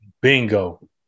Bingo